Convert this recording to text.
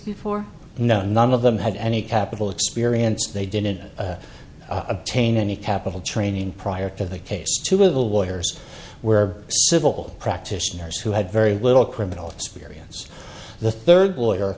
before none of them had any capital experience they didn't obtain any capital training prior to the case two of the waters were civil practitioners who had very little criminal experience the third lawyer